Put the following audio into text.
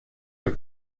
del